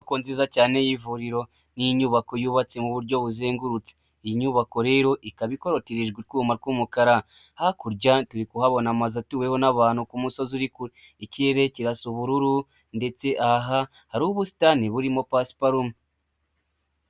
Inyubako nziza cyane y'ivuriro n'inyubako yubatse mu buryo buzengurutse, Iyi nyubako rero ikaba ikorotijwe utwuma tw'umukara hakurya pohabona amazu atuweho n'abantu ku musozi urikure. Ikirere kirasa ubururu ndetse hari ubusitani burimo pasupalume.